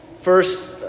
First